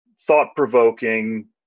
thought-provoking